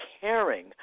caring